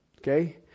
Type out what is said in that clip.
Okay